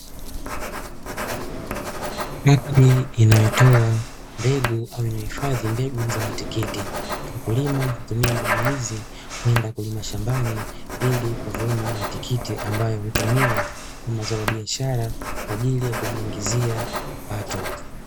Miti inayotoa mbegu au inayohifadhi mbegu za matikiti. Mkulima hutumia mbegu hizi kwenda kulima shambani, ili kuvuna matikiti ambayo hutumiwa kama zao la biashara, kwa ajili ya kujiingizia pato.